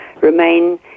remain